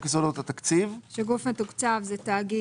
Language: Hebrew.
יסודות התקציב," "גוף מתוקצב" זה "תאגיד,